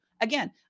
again